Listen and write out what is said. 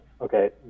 Okay